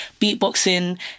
beatboxing